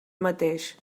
mateix